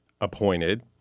appointed—